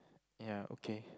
ya okay